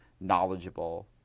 knowledgeable